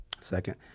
Second